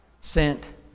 sent